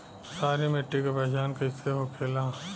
सारी मिट्टी का पहचान कैसे होखेला?